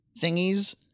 thingies